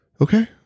Okay